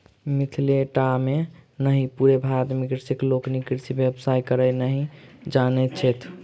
मिथिले टा मे नहि पूरे भारत मे कृषक लोकनि कृषिक व्यवसाय करय नहि जानैत छथि